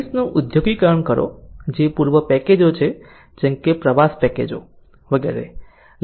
service નું ઊદ્યોગિકરણ કરો જે પૂર્વ પેકેજો છે જેમ કે પ્રવાસ પેકેજો વગેરે